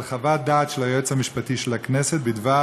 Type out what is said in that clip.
על חוות דעת של היועץ המשפטי של הכנסת בדבר